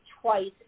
twice